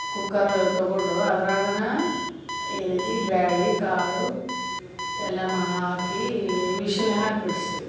cooker ತಗೊಂಡು ಅದ್ರಾಗನ ಏನೈತಿ ಬ್ಯಾಳಿ ಕಾಳು ಎಲ್ಲಾನು ಹಾಕಿ ವಿಶಲ್ ಹಾಕ್ಬಿಡ್ಸಿ